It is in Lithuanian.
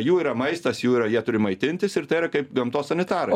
jų yra maistas jų yra jie turi maitintis ir tai yra kaip gamtos